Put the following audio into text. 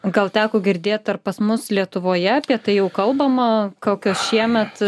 gal teko girdėt ar pas mus lietuvoje apie tai jau kalbama kokios šiemet